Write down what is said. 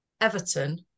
Everton